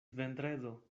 vendredo